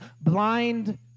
blind